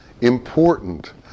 important